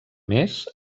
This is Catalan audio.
més